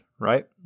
right